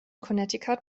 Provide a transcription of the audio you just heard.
connecticut